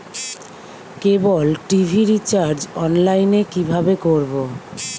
কেবল TV recharge online এ কিভাবে করব?